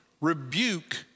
rebuke